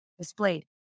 displayed